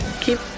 Keep